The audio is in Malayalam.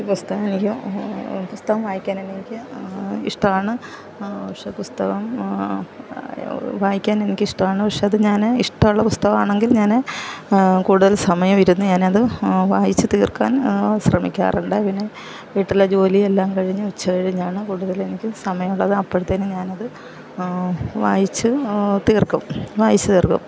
എനിക്ക് പുസ്തകം എനിക്ക് പുസ്തകം വായിക്കാൻ എനിക്ക് ഇഷ്ടമാണ് പക്ഷേ പുസ്തകം വായിക്കാൻ എനിക്ക് ഇഷ്ടമാണ് പക്ഷെ അത് ഞാൻ ഇഷ്ടമുള്ള പുസ്തകമാണെങ്കിൽ ഞാൻ കൂടുതൽ സമയം ഇരുന്ന് ഞാൻ അത് വായിച്ചു തീർക്കാൻ ശ്രമിക്കാറുണ്ട് പിന്നെ വീട്ടിലെ ജോലിയെല്ലാം കഴിഞ്ഞു ഉച്ച കഴിഞ്ഞാണ് കൂടുതലും എനിക്ക് സമയമുള്ളത് അപ്പോഴത്തേക്കും ഞാൻ അത് വായിച്ചു തീർക്കും വായിച്ചു തീർക്കും